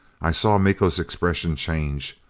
i saw miko's expression change.